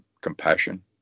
compassion